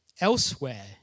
Elsewhere